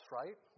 right